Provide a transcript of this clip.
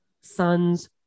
son's